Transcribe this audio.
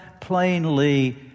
plainly